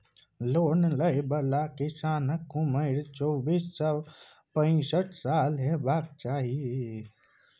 loan लय बला किसानक उमरि चौबीस सँ पैसठ साल हेबाक चाही